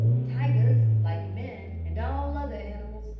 tigers, like men, and all other animals,